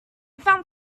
found